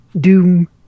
Doom